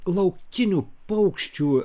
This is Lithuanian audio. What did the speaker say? laukinių paukščių